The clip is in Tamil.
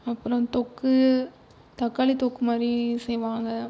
அப்புறம் தொக்கு தக்காளி தொக்குமாதிரி செய்வாங்கள்